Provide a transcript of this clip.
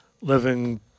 living